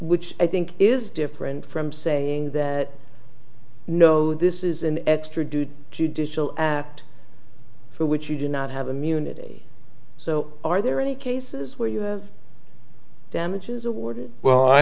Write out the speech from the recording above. which i think is different from saying that no this is an extra duty judicial act for which you do not have immunity so are there any cases where you have damages awarded well i